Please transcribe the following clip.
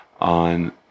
on